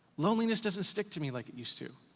loneliness doesn't stick to me like it used to.